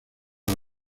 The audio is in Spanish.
las